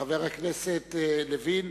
חבר הכנסת לוין,